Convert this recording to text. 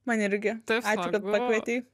man irgi ačiū kad pakvietei